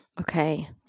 Okay